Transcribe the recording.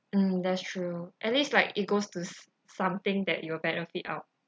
mm that's true at least like it goes to s~ something that you will benefit out